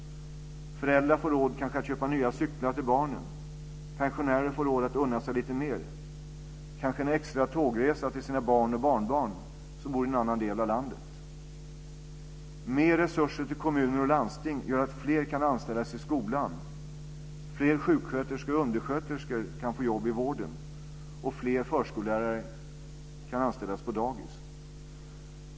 Föräldrar får kanske råd att köpa nya cyklar till barnen. Pensionärer får råd att unna sig lite mer, kanske en extra tågresa till sina barn och barnbarn som bor i en annan del av landet. Mer resurser till kommuner och landsting gör att fler kan anställas i skolan. Fler sjuksköterskor och undersköterskor kan få jobb i vården, och fler förskollärare kan anställas på dagis.